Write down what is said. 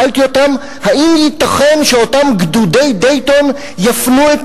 האם ייתכן שאותם גדודי דייטון יפנו את